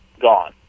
gone